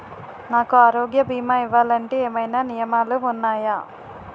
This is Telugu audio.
నాకు ఆరోగ్య భీమా ఇవ్వాలంటే ఏమైనా నియమాలు వున్నాయా?